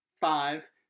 five